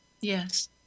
yes